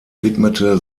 widmete